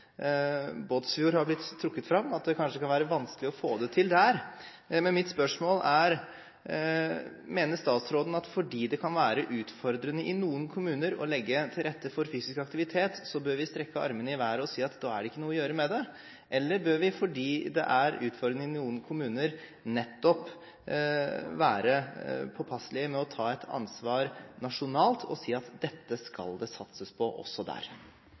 Båtsfjord har blitt trukket fram, og at det kanskje kan være vanskelig å få det til der. Men mitt spørsmål er: Mener statsråden at fordi det kan være utfordrende i noen kommuner å legge til rette for fysisk aktivitet, bør vi strekke armene i været og si at da er det ikke noe å gjøre med det? Eller bør vi, fordi det er utfordrende i noen kommuner, nettopp være påpasselige med å ta et ansvar nasjonalt og si at dette skal det satses på også der?